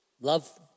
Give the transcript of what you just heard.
Love